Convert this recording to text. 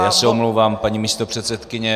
Já se omlouvám, paní místopředsedkyně.